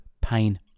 pain